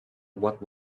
what